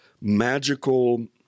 magical